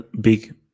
big